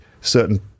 certain